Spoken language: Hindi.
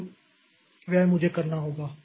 तो वह मुझे करना होगा